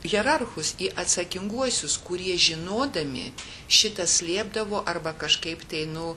hierarchus į atsakinguosius kurie žinodami šitą slėpdavo arba kažkaip tai nu